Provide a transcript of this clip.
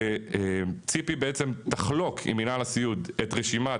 שציפי בעצם תחלוק עם מנהל הסיעוד את רשימת